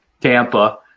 Tampa